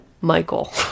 michael